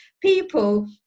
people